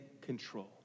control